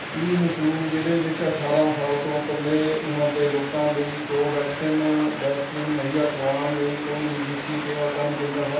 ਕੀ ਮੈਸੂਰ ਜ਼ਿਲ੍ਹੇ ਵਿੱਚ ਅਠਾਰਾਂ ਸਾਲ ਤੋਂ ਉੱਪਰਲੇ ਉਮਰ ਦੇ ਲੋਕਾਂ ਲਈ ਕੋਵੈਕਸਿਨ ਵੈਕਸੀਨ ਮੁਹੱਈਆ ਕਰਵਾਉਣ ਲਈ ਕੋਈ ਨਜ਼ਦੀਕੀ ਟੀਕਾਕਰਨ ਕੇਂਦਰ ਹੈ